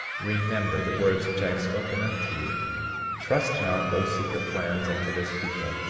remember the words which i have spoken unto you trust not those secret plans unto this people,